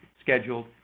scheduled